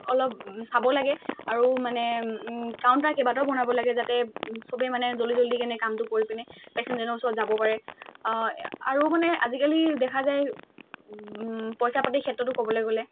অলপ চাব লাগে আৰু মানে কাউণ্টাৰ কেইবাটাও বনাব লাগে যাতে চবেই মানে জল্দি জলদি কেনে কামটো কৰি পিনে পেচেণ্টজনৰ ওচৰত যাব পাৰে আৰু মানে আজিকালি দেখা যায় পইচা পাতিৰ ক্ষেত্ৰতো ক'বলৈ গ'লে